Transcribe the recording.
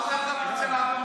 בחייאת דינכ.